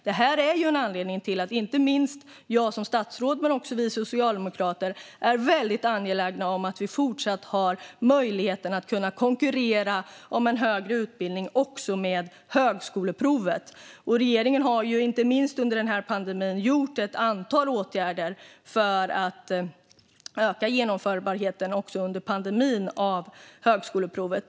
Detta är en anledning till att inte minst jag som statsråd men också vi socialdemokrater är väldigt angelägna om att det fortsatt finns möjlighet att konkurrera om en högre utbildning även med högskoleprovet. Regeringen har ju inte minst under pandemin vidtagit ett antal åtgärder för att öka möjligheten att genomföra högskoleprovet.